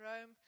Rome